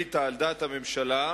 על דעת הממשלה,